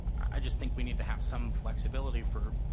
i just think we need to have some flexibility for